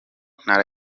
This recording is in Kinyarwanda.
ntara